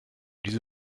diese